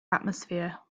atmosphere